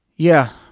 yeah,